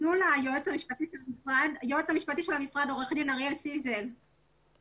היועץ המשפטי של המשרד אריאל סיזל יתייחס.